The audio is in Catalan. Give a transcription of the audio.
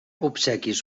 obsequis